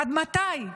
עד מתי?